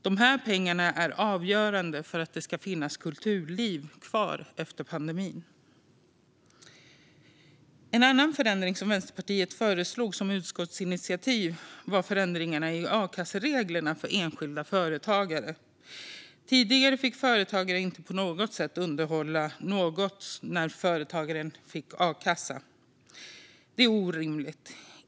De här pengarna är avgörande för att det ska finnas ett kulturliv kvar efter pandemin." En annan förändring som Vänsterpartiet föreslog som utskottsinitiativ var förändringarna av a-kassereglerna för enskilda företagare. Tidigare fick företagare inte på något sätt underhålla något när företagaren fick akassa. Det är orimligt.